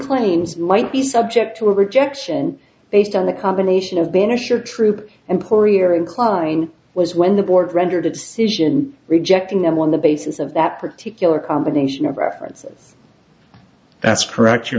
claims might be subject to a rejection based on the combination of banish or troop and career incline was when the board rendered a decision rejecting them on the basis of that particular combination of references that's correct your